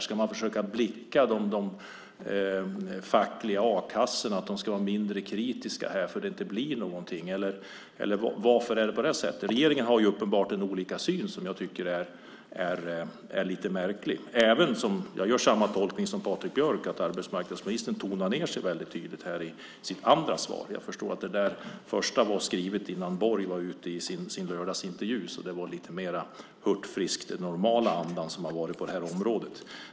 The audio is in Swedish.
Ska man försöka blidka de fackliga a-kassorna så att de är mindre kritiska mot att det inte blir någonting, eller varför är det på det här sättet? I regeringen finns uppenbarligen olika syn på detta. Det tycker jag är lite märkligt. Jag gör samma tolkning som Patrik Björck, nämligen att arbetsmarknadsministern tonade ned sig i sitt andra anförande. Jag förstår att det första var skrivet före Borgs lördagsintervju. Det var därför lite mer hurtfriskt, det vill säga den normala andan på området.